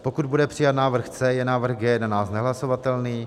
pokud bude přijat návrh C, je návrh G11 nehlasovatelný